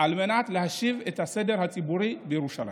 על מנת להשיב את הסדר הציבורי בירושלים.